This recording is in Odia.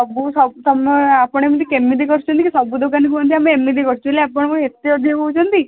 ସବୁ ତମେ ଆପଣ ଏମିତି କେମିତି କରୁଛନ୍ତି କି ସବୁ ଦୋକାନୀ କୁହନ୍ତି ଆମେ ଏମିତି କରୁଛୁ ହେଲେ ଆପଣ କଣ ଏତେ ଅଧିକା କହୁଛନ୍ତି